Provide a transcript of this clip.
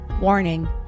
Warning